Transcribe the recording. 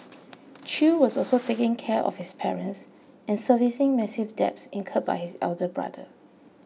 Chew was also taking care of his parents and servicing massive debts incurred by his elder brother